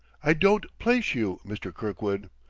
i don't place you, mr. kirkwood.